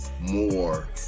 more